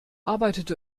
arbeitete